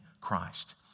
Christ